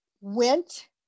went